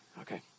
okay